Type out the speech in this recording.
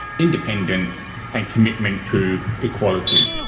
independence and commitment to equality.